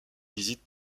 visite